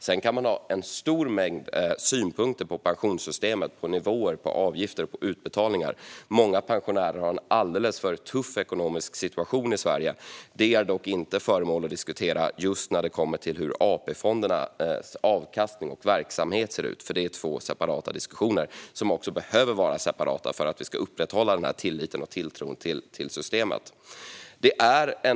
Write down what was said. Sedan kan man ha en stor mängd synpunkter på pensionssystemet och på nivåer, avgifter och utbetalningar. Många pensionärer i Sverige har en alldeles för tuff ekonomisk situation. Det är dock inte föremål för diskussion när det gäller hur AP-fondernas avkastning och verksamhet ser ut. Det är två separata diskussioner, och det behöver de vara om vi ska upprätthålla tillit och tilltro till systemet. Fru talman!